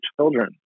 children